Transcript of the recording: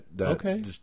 Okay